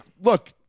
look